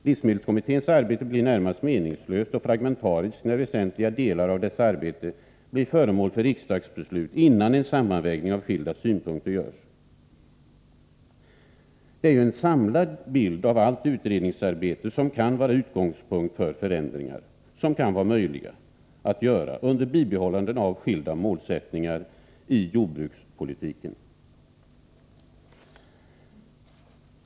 Livsmedelskommitténs arbete blir närmast meningslöst och fragmentariskt, om väsentliga delar av dess arbete blir föremål för riksdagsbeslut, innan en sammanvägning av skilda synpunkter har gjorts. En samlad bild av allt utredningsarbete kan vara utgångspunkt för sådana förändringar som kan vara möjliga att göra med bibehållande av skilda målsättningar i jordbrukspolitiken.